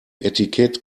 etikett